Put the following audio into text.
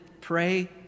pray